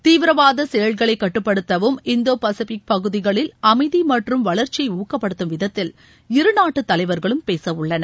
தீவிரவாத செயல்களை கட்டுப்படுத்தவும் இந்தோ பசிபிக் பகுதிகளில் அமைதி மற்றும் வளர்ச்சியை ஊக்கப்படுத்தும் விதத்தில் இரு நாட்டு தலைவர்களும் பேசவுள்ளனர்